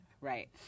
Right